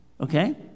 okay